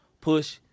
push